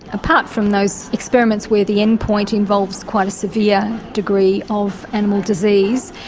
apart from those experiments where the endpoint involves quite a severe degree of animal disease,